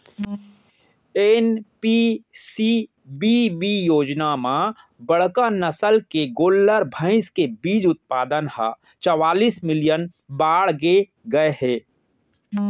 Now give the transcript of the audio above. NPCBB योजना म बड़का नसल के गोल्लर, भईंस के बीज उत्पाउन ह चवालिस मिलियन बाड़गे गए हे